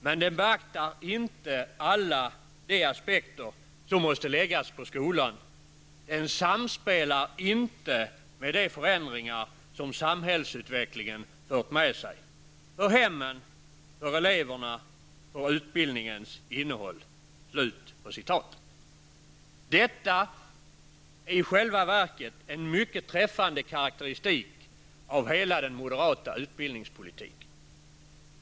Men den beaktar inte alla de aspekter som måste läggas på skolan, den samspelar inte med de förändringar som samhällsutvecklingen fört med sig -- för hemmen, för eleverna, för utbildningens innehåll.'' Detta är i själva verket en mycket träffande karakteristik av hela den moderata utbildningspolitiken.